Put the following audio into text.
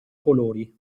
colori